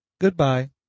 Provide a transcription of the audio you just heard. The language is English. goodbye